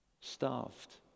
starved